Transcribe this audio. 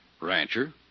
Rancher